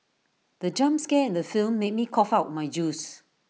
the jump scare in the film made me cough out my juice